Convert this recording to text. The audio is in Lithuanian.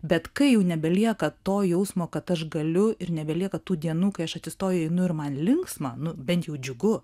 bet kai jau nebelieka to jausmo kad aš galiu ir nebelieka tų dienų kai aš atsistoju einu ir man linksma nu bent jau džiugu